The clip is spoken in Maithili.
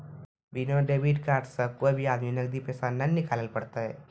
बिना डेबिट कार्ड से कोय भी आदमी नगदी पैसा नाय निकालैल पारतै